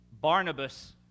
Barnabas